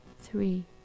three